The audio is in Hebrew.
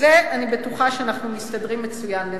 בזה אני בטוחה שאנחנו מסתדרים מצוין לבד.